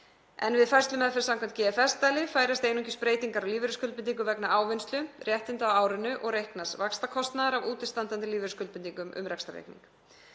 Við færslumeðferð samkvæmt GFS-staðli færast einungis breytingar á lífeyriskuldbindingum vegna ávinnslu réttinda á árinu og reiknaðs vaxtakostnaðar af útistandandi lífeyrisskuldbindingum um rekstrarreikning.